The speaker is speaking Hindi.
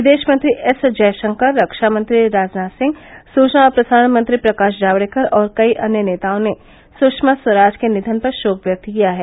विदेश मंत्री एस जयशंकर रक्षामंत्री राजनाथ सिंह सूचना और प्रसारण मंत्री प्रकाश जावडेकर और कई अन्य नेताओं ने सूषमा स्वराज के निधन पर शोक व्यक्त किया है